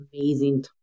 amazing